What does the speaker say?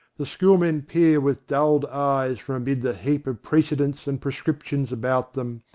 the schoolmen peer with dulled eyes from amid the heap of precedents and prescrip tions about them,